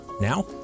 Now